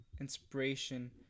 inspiration